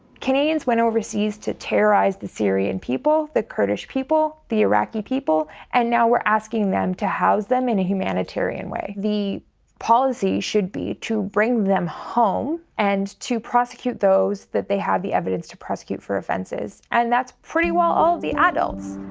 canadians went overseas to terrorize the syrian people, the kurdish people, the iraqi people and now we're asking them to house them in a humanitarian way. the policy should be to bring them home and to prosecute those that they have the evidence to prosecute for offences, and that's pretty well all of the adults.